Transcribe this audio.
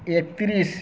ଏକତିରିଶ